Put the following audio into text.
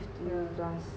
plus